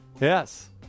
Yes